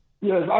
Yes